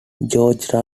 george